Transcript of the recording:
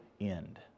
end